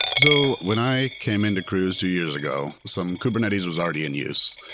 so when i came into cruise two years ago, some kubernetes was already in use.